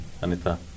Anita